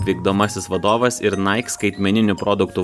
vykdomasis vadovas ir nike skaitmeninių produktų